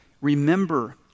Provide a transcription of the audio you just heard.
remember